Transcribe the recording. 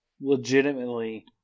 legitimately